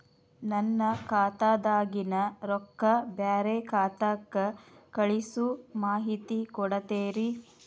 ನನ್ನ ಖಾತಾದಾಗಿನ ರೊಕ್ಕ ಬ್ಯಾರೆ ಖಾತಾಕ್ಕ ಕಳಿಸು ಮಾಹಿತಿ ಕೊಡತೇರಿ?